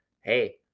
hey